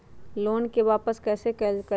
Loan के वापस कैसे कैल जतय?